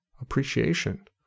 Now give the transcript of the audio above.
appreciation